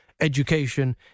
education